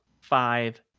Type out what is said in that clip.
five